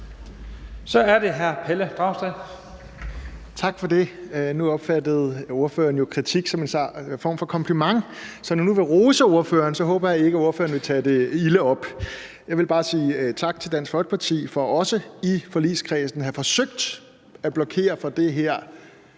Kl. 15:39 Pelle Dragsted (EL): Tak for det. Nu opfattede partilederen jo kritik som en form for kompliment, så når jeg nu vil rose partilederen, håber jeg ikke, at partilederen vil tage det ilde op. Jeg vil bare sige tak til Dansk Folkeparti for også i forligskredsen at have forsøgt at blokere for det her